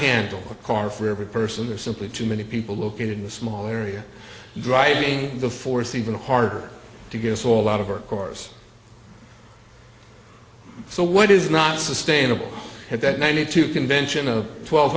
handle a car for every person there are simply too many people located in a small area driving the force even harder to get us all out of our cars so what is not sustainable and that ninety two convention of twelve